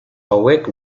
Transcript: hauek